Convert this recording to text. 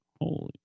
Holy